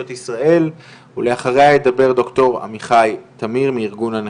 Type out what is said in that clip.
ישראל ולאחריה ידבר דוקטור עמיחי תמיר מארגון הנכים.